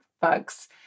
bugs